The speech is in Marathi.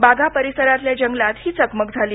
बाघा परिसरातल्या जंगलात ही चकमक झाले